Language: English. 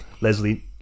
Leslie